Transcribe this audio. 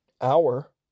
hour